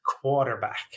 quarterback